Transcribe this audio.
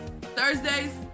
Thursdays